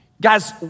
Guys